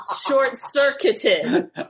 short-circuited